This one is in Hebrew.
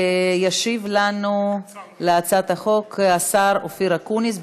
ישיב לנו על הצעת החוק השר אופיר אקוניס,